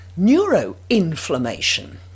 neuroinflammation